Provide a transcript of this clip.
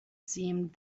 seemed